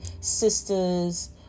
sisters